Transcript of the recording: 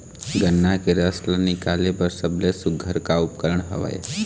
गन्ना के रस ला निकाले बर सबले सुघ्घर का उपकरण हवए?